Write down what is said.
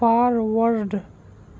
forward